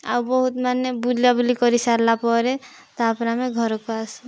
ଆଉ ବହୁତ ମାନେ ବୁଲା ବୁଲି କରିସାରିଲା ପରେ ତାପରେ ଆମେ ଘର କୁ ଆସୁ